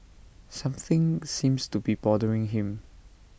something seems to be bothering him